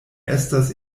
estas